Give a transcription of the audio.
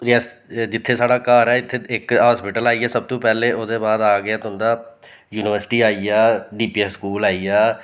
जिस जित्थें साढ़ा घर ऐ इत्थें इक हॉस्पिटल आई गेआ सब तू पैह्ले ओह्दे बाद आई गेआ तुं'दा यूनिवर्सिटी आई गेआ डीडी पी एस स्कूल आई गेआ